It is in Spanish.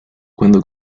cuando